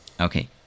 Okay